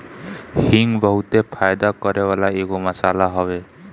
हिंग बहुते फायदा करेवाला एगो मसाला हवे